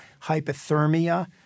hypothermia